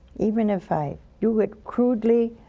even if i do it crudely,